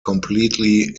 completely